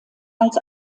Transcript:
als